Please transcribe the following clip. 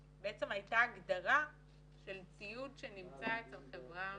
הייתה הגדרה של ציוד שנמצא אצל חברה